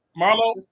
Marlo